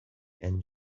and